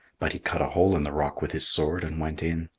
but he cut a hole in the rock with his sword and went in.